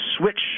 switch